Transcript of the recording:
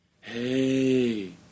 Hey